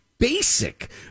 basic